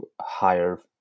higher